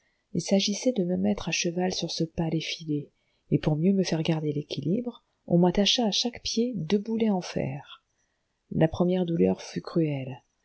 il s'agissait de me mettre à cheval sur ce pal effilé et pour mieux me faire garder l'équilibre on m'attacha à chaque pied deux boulets en fer la première douleur fut cruelle